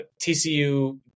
TCU